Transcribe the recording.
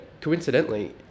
coincidentally